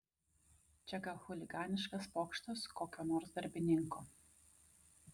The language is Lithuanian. gal čia chuliganiškas pokštas kokio nors darbininko